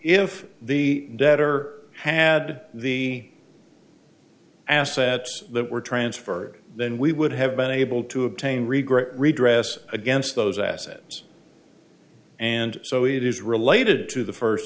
if the debtor had the assets that were transferred then we would have been able to obtain regret redress against those assets and so it is related to the first